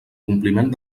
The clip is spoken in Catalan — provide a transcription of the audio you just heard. compliment